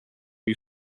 who